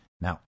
Now